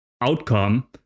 outcome